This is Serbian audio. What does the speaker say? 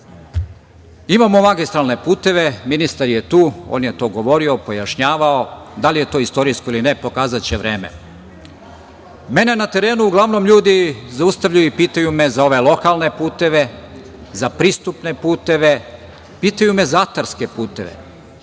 redom. Imamo magistralne puteve, ministar je tu, on je to govorio, pojašnjavao. Da li je to istorijsko ili ne, pokazaće vreme. Mene na terenu uglavnom ljudi zaustavljaju i pitaju za ove lokalne puteve, za pristupne puteve, pitaju me za atarske puteve.